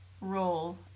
role